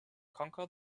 conquer